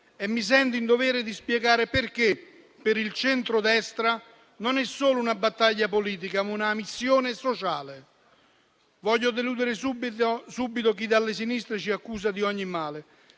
e mi sento in dovere di spiegare perché, per il centrodestra, questa non è solo una battaglia politica, ma una missione sociale. Voglio deludere subito chi dalla sinistra ci accusa di ogni male.